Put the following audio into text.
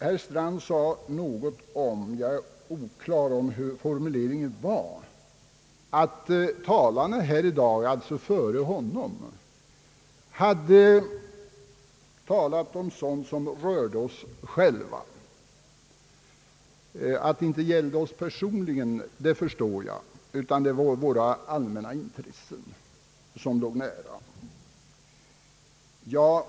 Herr Strand sade — jag är oklar om hur formuleringen var — att talarna före honom här i dag hade ordat om sådant som rörde dem själva. Jag förstår att han därmed inte menade att vi skulle ha talat för en sak som närmast gällde oss personligen, utan att det var fråga om en sak som med våra allmänna intressen låg oss nära.